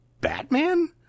Batman